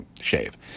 shave